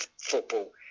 football